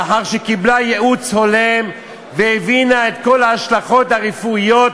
לאחר שקיבלה ייעוץ הולם והבינה את כל ההשלכות הרפואיות